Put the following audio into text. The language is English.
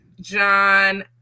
John